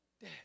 dad